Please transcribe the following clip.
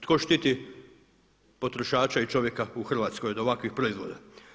Tko štiti potrošača i čovjeka u Hrvatskoj od ovakvih proizvoda?